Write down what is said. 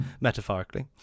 metaphorically